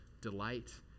delight